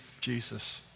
Jesus